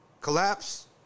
Collapse